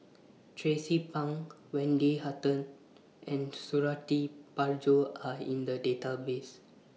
Tracie Pang Wendy Hutton and Suradi Parjo Are in The Database